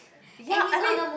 ya I mean